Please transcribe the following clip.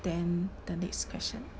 then the next question